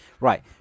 right